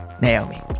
Naomi